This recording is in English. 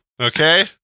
Okay